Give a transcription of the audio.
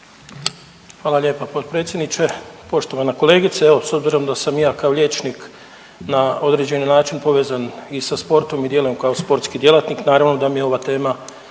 Hvala lijepa potpredsjedniče. Poštovana kolegice. Evo s obzirom da sam i ja kao liječnik na određeni način povezan i sa sportom i djelujem kao sportski djelatnik naravno da mi je ova tema